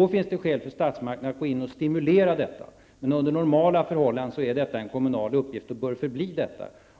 Då finns det skäl för statsmakten att gå in och ge denna stimulans. Men under normala förhållanden är upprustningen en kommunal angelägenhet och den bör så förbli.